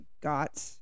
got